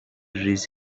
ریز